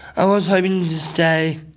i was hoping to stay.